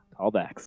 Callbacks